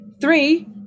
three